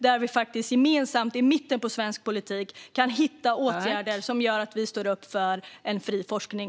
Här kan vi gemensamt i mitten av svensk politik hitta åtgärder för att stå upp för en fri forskning.